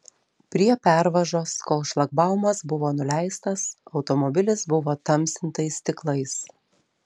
prie pervažos kol šlagbaumas buvo nuleistas automobilis buvo tamsintais stiklais